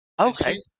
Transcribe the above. Okay